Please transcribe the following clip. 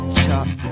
chop